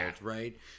right